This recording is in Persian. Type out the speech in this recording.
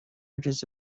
کسی